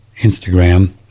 Instagram